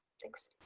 thanks.